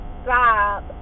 stop